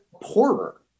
poorer